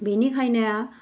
बेनिखायनो